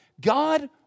God